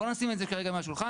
בואו נשים את זה כרגע מהשולחן,